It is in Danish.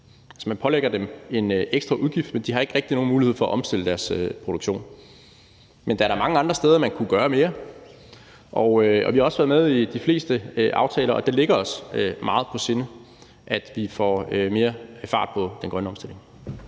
Så man pålægger dem en ekstra udgift, men de har ikke rigtig nogen mulighed for at omstille deres produktion. Men der er da mange andre steder, man kunne gøre mere, og vi har også været med i de fleste aftaler, og det ligger os meget på sinde, at vi får mere fart på den grønne omstilling.